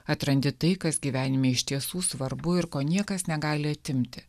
atrandi tai kas gyvenime iš tiesų svarbu ir ko niekas negali atimti